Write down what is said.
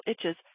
itches